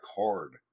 hard